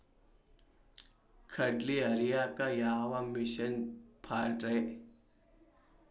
ಕಡ್ಲಿ ಹರಿಯಾಕ ಯಾವ ಮಿಷನ್ ಪಾಡ್ರೇ?